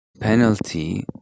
Penalty